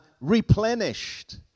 replenished